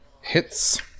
Hits